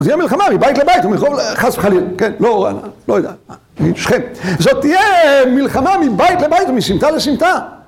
זו תהיה מלחמה מבית לבית ומרחוב... כן, חס וחלילה, כן, לא, לא יודע, משכם. זו תהיה מלחמה מבית לבית ומסמטה לסמטה.